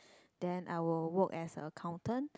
then I will work as accountant